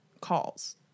calls